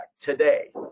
today